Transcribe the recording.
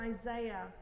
Isaiah